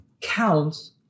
counts